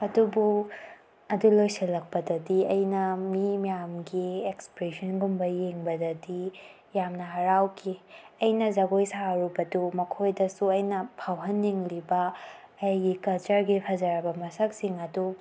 ꯑꯗꯨꯕꯨ ꯑꯗꯨ ꯂꯣꯏꯁꯤꯜꯂꯛꯄꯗꯗꯤ ꯑꯩꯅ ꯃꯤ ꯃꯌꯥꯝꯒꯤ ꯑꯦꯛꯁꯄ꯭ꯔꯦꯁꯟꯒꯨꯝꯕ ꯌꯦꯡꯕꯗꯗꯤ ꯌꯥꯝꯅ ꯍꯔꯥꯎꯈꯤ ꯑꯩꯅ ꯖꯒꯣꯏ ꯁꯥꯔꯨꯕꯗꯨ ꯃꯈꯣꯏꯗꯁꯨ ꯑꯩꯅ ꯐꯥꯎꯍꯟꯅꯤꯡꯂꯤꯕ ꯑꯩꯒꯤ ꯀꯜꯆꯔꯒꯤ ꯐꯖꯔꯕ ꯃꯁꯛꯁꯤꯡ ꯑꯗꯨ